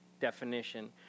definition